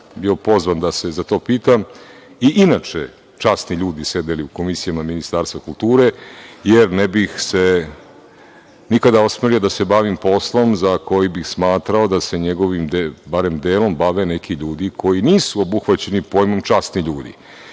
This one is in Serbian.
bio pozvan da se za to pitam i inače časni ljudi sedeli u komisijama Ministarstva kulture, jer ne bih se nikada osmelio da se bavim poslom za koji bih smatrao da se njegovim barem delom bave neki ljudi koji nisu obuhvaćeni pojmom časni ljudi.